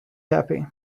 happy